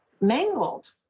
mangled